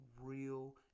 real